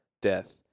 death